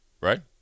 right